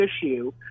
issue